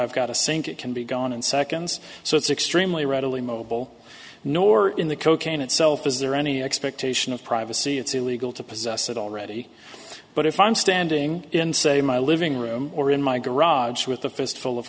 i've got a sink it can be gone in seconds so it's extremely readily mobile nor in the cocaine itself is there any expectation of privacy it's illegal to possess it already but if i'm standing in say my living room or in my garage with a fist full of